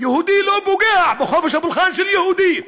יהודי לא פוגע בחופש הפולחן של יהודי,